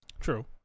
true